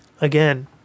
Again